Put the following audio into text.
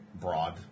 broad